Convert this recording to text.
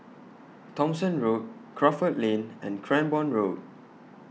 Thomson Road Crawford Lane and Cranborne Road